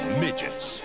midgets